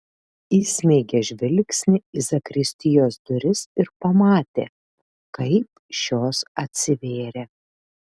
įsmeigė žvilgsnį į zakristijos duris ir pamatė kaip šios atsivėrė